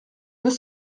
deux